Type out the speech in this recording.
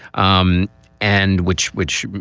um and which which,